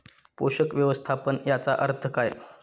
पोषक व्यवस्थापन याचा अर्थ काय?